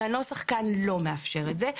והנוסח כאן לא מאפשר את זה.